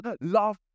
love